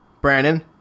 Brandon